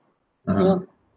you know